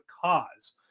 cause